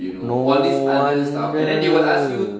no wonder